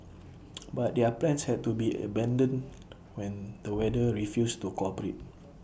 but their plans had to be abandoned when the weather refused to cooperate